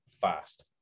fast